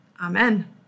Amen